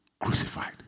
crucified